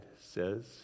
says